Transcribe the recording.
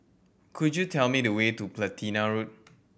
could you tell me the way to Platina Road